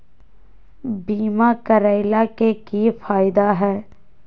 बीमा करैला के की फायदा है?